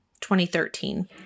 2013